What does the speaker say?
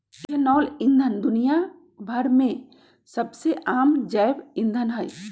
ethanol ईंधन दुनिया भर में सबसे आम जैव ईंधन हई